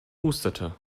hustete